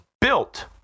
built